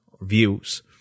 views